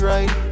Right